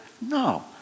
No